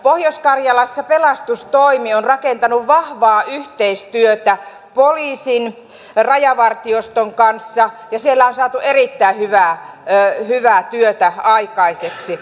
pohjois karjalassa pelastustoimi on rakentanut vahvaa yhteistyötä poliisin ja rajavartioston kanssa ja siellä on saatu erittäin hyvää työtä aikaiseksi